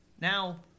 Now